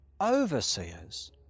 overseers